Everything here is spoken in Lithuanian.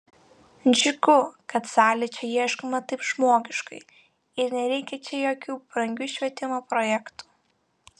džiugu kad sąlyčio ieškoma taip žmogiškai ir nereikia čia jokių brangių švietimo projektų